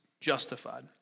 justified